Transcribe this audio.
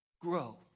grow